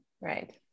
right